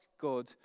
God